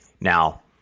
Now